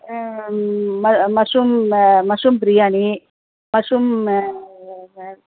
ம mushroom mushroom biryani mushroom இருக்குது sir